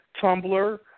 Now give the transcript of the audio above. Tumblr